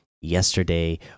yesterday